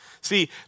See